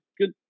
good